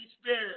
Spirit